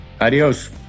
Adios